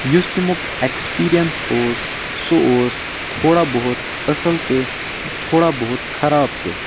یُس تَمیُک اٮ۪کٕسپیٖریَنٕس اوس سُہ اوس تھوڑا بہت اَصٕل تہِ تہٕ تھوڑا بہت خراب تہِ